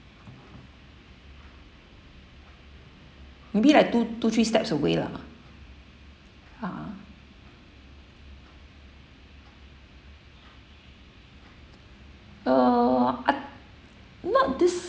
maybe like two two three steps away lah ah err I not this